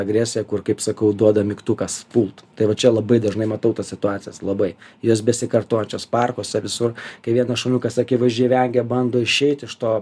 agresija kur kaip sakau duoda mygtukas pult tai va čia labai dažnai matau tas situacijas labai jas besikartojančios parkuose visur kai vienas šuniukas akivaizdžiai vengia bando išeit iš to